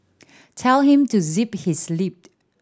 tell him to zip his lip